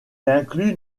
inclut